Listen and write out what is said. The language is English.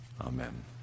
Amen